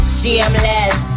Shameless